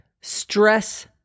stress